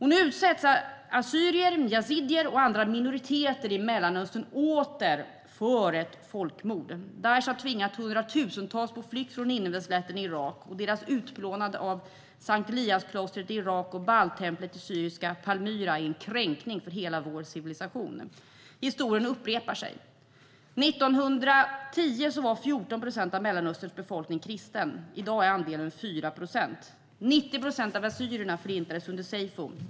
Nu utsätts assyrier, yazidier och andra minoriteter i Mellanöstern åter för ett folkmord. Daish har tvingat hundratusentals på flykt från Nineveslätten i Irak. Deras utplånande av Sankt Elias-klostret i Irak och Beltemplet i syriska Palmyra är en kränkning av hela vår civilisation. Historien upprepar sig. År 1910 var 14 procent av Mellanösterns befolkning kristen. I dag är andelen 4 procent. 90 procent av assyrierna förintades under seyfo.